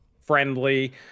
friendly